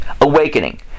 Awakening